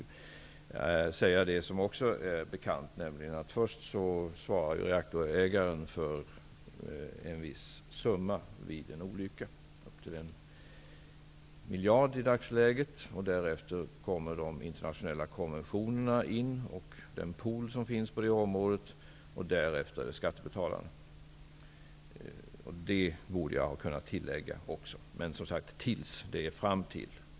Jag hade tänkt säga det som också är bekant, nämligen att vid en olycka svarar i första hand reaktorägaren för en viss summa. Jag tror att den är en miljard i dagsläget. Därefter kommer de internationella konventionerna och den pool som finns på det området in, och därefter kommer skattebetalarna in. Detta borde jag också ha kunnat tillägga. Men som sagt, ''tills'' är detsamma som ''fram till''.